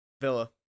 Villa